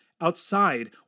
outside